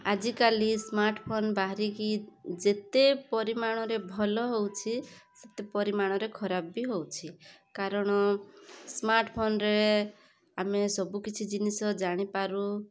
ଆଜିକାଲି ସ୍ମାର୍ଟଫୋନ୍ ବାହାରିକି ଯେତେ ପରିମାଣରେ ଭଲ ହେଉଛି ସେତେ ପରିମାଣରେ ଖରାପ ବି ହେଉଛି କାରଣ ସ୍ମାର୍ଟଫୋନ୍ରେ ଆମେ ସବୁକିଛି ଜିନିଷ ଜାଣିପାରୁ